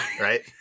right